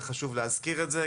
חשוב להזכיר את זה,